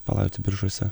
palaidoti biržuose